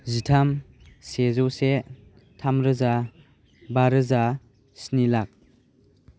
जिथाम सेजौ से थाम रोजा बा रोजा स्नि लाख